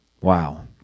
Wow